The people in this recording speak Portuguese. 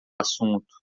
assunto